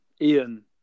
Ian